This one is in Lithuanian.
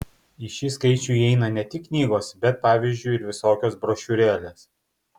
į šį skaičių įeina ne tik knygos bet pavyzdžiui ir visokios brošiūrėlės